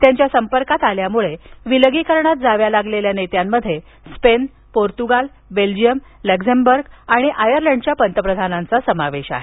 त्यांच्या संपर्कात आल्यामुळं विलगीकरणात जावं लागलेल्या नेत्यांमध्ये स्पेन पोर्तुगाल बेल्जियम लक्झेंबर्ग आणि आयर्लंडच्या पंतप्रधानांचा समावेश आहे